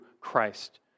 Christ